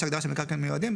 יש הגדרה של מקרקעין מיועדים.